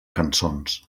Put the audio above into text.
cançons